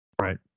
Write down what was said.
Right